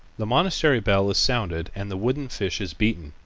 the monastery bell is sounded and the wooden fish is beaten,